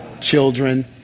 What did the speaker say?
Children